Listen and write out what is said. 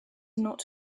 not